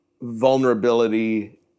vulnerability